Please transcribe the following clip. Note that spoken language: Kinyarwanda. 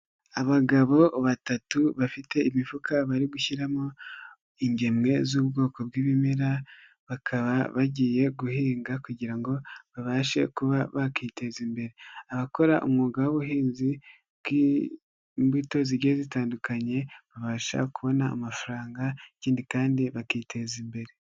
Abagabo batatu bafite imifuka bari gushyiramo ingemwe z'ubwoko bw'ibimera, bakaba bagiye guhinga kugira ngo babashe kuba bakiteza imbere, abakora umwuga w'ubuhinzi bw'imbuto zigiye zitandukanye, babasha kubona amafaranga ikindi kandi bakiteza imbere.